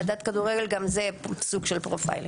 אהדת כדורגל גם היא סוג של פרופיילינג.